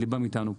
ליבם איתנו פה.